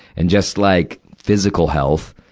and just like physical health,